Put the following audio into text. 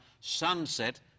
sunset